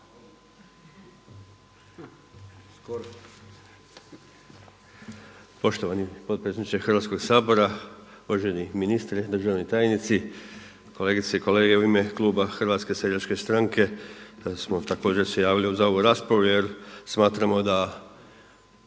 Poštovani potpredsjedniče Hrvatskog sabora, uvaženi ministre, državni tajnici, kolegice i kolege. U ime Kluba HSS-a, smo također se javili za ovu raspravu jer smatramo da